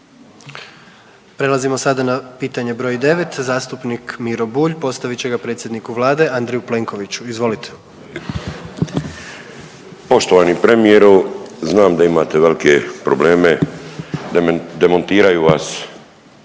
Prelazimo sada na pitanje br. 9., zastupnik Miro Bulj postavit će ga predsjedniku vlade Andreju Plenkoviću, izvolite. **Bulj, Miro (MOST)** Poštovani premijeru, znam da imate velike probleme, demontiraju vas